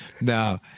No